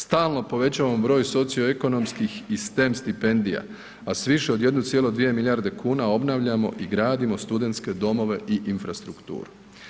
Stalno povećavamo broj socioekonomskim i STEM stipendija a s više od 1,2 milijarde kuna obnavljamo i gradimo studentske domove i infrastrukturu.